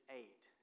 eight